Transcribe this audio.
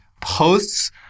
posts